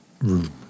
room